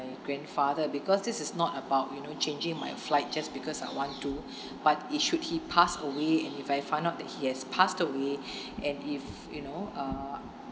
grandfather because this is not about you know changing my flight just because I want to but it should he passed away and if I find out that he has passed away and if you know uh